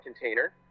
container